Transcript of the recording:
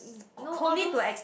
no all those